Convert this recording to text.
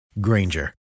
Granger